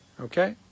okay